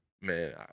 man